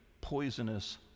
poisonous